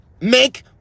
make